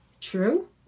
true